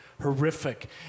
horrific